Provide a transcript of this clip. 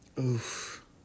Oof